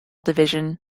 division